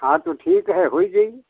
हाँ तो ठीक है हो जइ